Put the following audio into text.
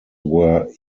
were